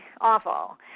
awful